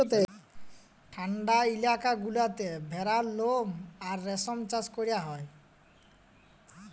ঠাল্ডা ইলাকা গুলাতে ভেড়ার লম আর রেশম চাষ ক্যরা হ্যয়